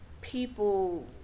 people